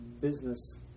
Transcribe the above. business